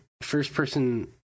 first-person